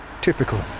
typical